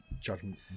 judgment